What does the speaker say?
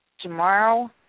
Tomorrow